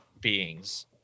beings